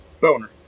Boner